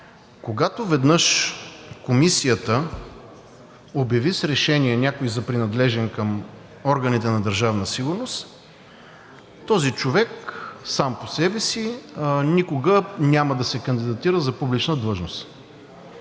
когато веднъж Комисията обяви с решение някого за принадлежен към органите на Държавна сигурност, този човек сам по себе си никога няма да се кандидатира за публична длъжност.